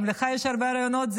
גם לך יש הרבה רעיונות.